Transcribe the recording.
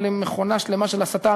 מכונה שלמה של הסתה,